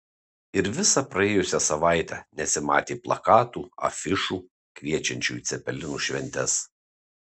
ir visą praėjusią savaitę nesimatė plakatų afišų kviečiančių į cepelinų šventes